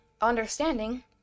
understanding